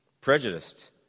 prejudiced